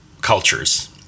cultures